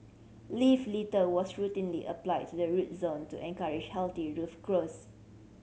leaf litter was routinely applied to the root zone to encourage healthy roof growth